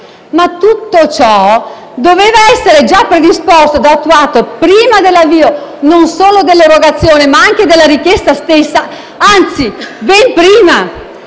Tutto ciò, però, doveva essere già predisposto e attuato prima dell'avvio, non solo dell'erogazione, ma anche della richiesta stessa, anzi ben prima.